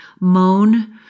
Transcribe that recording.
moan